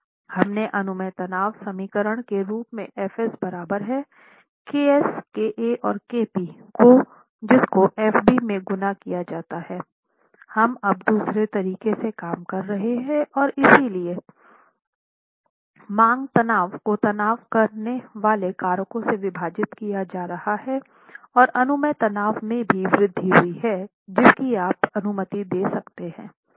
हम ने अनुमेय तनाव समीकरण के रूप में fs बराबर है ks ka and kp के जिसको fb में गुना किया जाता हैं हम अब दूसरे तरीके से काम कर रहे हैं और इसलिए मांग तनाव को तनाव कम करने वाले कारकों से विभाजित किया जा रहा है और अनुमेय तनाव में भी वृद्धि हुई है जिसकी आप अनुमति दे सकते हैं